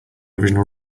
original